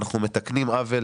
אנחנו מתקנים עוול,